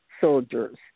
soldiers